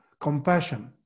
compassion